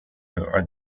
are